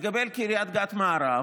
לגבי קריית גת מערב,